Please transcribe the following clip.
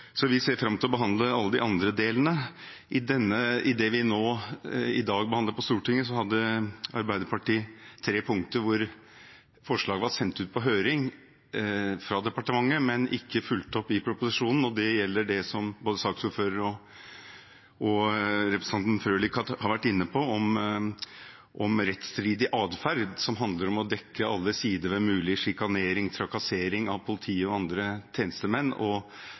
vi ser fram til å behandle alle de andre delene. I forbindelse med det vi nå i dag behandler på Stortinget, hadde Arbeiderpartiet tre punkter hvor forslag var sendt ut på høring fra departementet, men ikke fulgt opp i proposisjonen. Det gjelder det som både saksordføreren og representanten Frølich har vært inne på, om rettsstridig atferd, som handler om å dekke alle sider ved mulig sjikanering, trakassering av politiet og andre tjenestemenn,